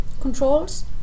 controls